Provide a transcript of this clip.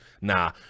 nah